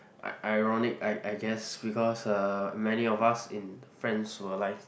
i~ ironic I I guess because uh many of us in France were alive